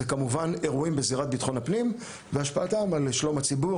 זה כמובן אירועים בזירת ביטחון הפנים והשפעתם על שלום הציבור,